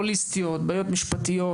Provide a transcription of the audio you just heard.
הוליסטיות,